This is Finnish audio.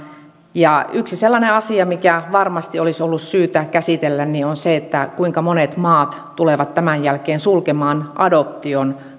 yksi sellainen asia mikä varmasti olisi ollut syytä käsitellä on se kuinka monet maat tulevat tämän jälkeen sulkemaan adoption